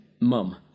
mum